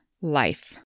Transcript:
life